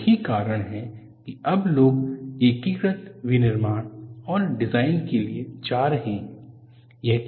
तो यही कारण है कि अब लोग एकीकृत विनिर्माण और डिजाइन के लिए जा रहे हैं